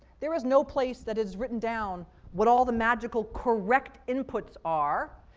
there is no place that is written down what all the magical correct inputs are.